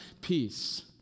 peace